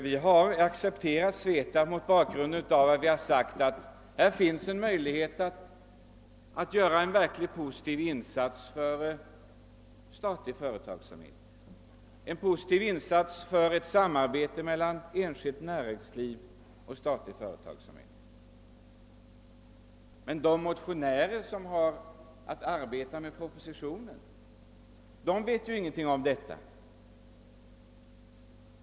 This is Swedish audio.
Vi har accepterat SVETAB därför att detta bolag möjliggör en verkligt positiv insats för en statlig företagsamhet och för ett samarbete mellan enskilt näringsliv och statlig företagsamhet. Men de motionärer som har att arbeta med utgångspunkt i propositionen vet ju ingenting om detta.